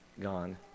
gone